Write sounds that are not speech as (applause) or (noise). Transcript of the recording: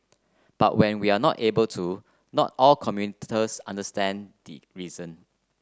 but when we are not able to not all commuters understand (unintelligible) reason